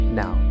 now